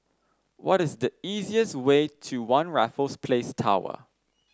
what is the easiest way to One Raffles Place Tower